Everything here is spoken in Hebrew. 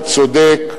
הצודק,